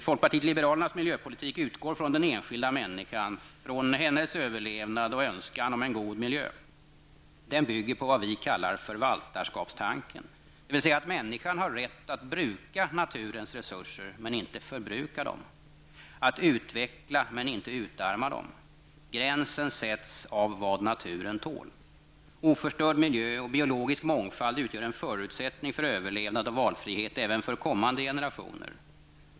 Folkpartiet liberalernas miljöpolitik utgår från den enskilda människan, hennes överlevnad och önskan om en god miljö. Den bygger på vad vi kallar förvaltarskapstanken, dvs. att människan har rätt att bruka naturens resurser men inte förbruka dem, att utveckla men inte utarma dem. Gränsen sätts av vad naturen tål. Oförstörd miljö och biologisk mångfald utgör en förutsättning för överlevnad och valfrihet även för kommande generationer.